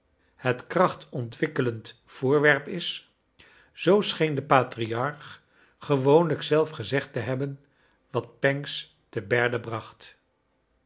het kracht ontwikkelend voorwerp is zoo scheen de patriarch gewoonlrjk zelf gezegd te hebben wat pancks te berde bracht